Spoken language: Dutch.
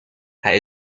hij